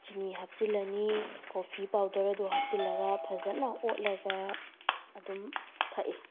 ꯆꯤꯅꯤ ꯍꯥꯞꯆꯤꯜꯂꯅꯤ coffee powder ꯑꯗꯨ ꯍꯥꯞꯆꯤꯜꯂꯒ ꯐꯖꯅ ꯑꯣꯠꯂꯒ ꯑꯗꯨꯝ ꯊꯛꯏ